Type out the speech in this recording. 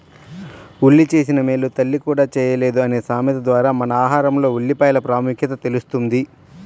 ఉల్లి చేసిన మేలు తల్లి కూడా చేయలేదు అనే సామెత ద్వారా మన ఆహారంలో ఉల్లిపాయల ప్రాముఖ్యత తెలుస్తుంది